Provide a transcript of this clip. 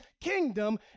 kingdom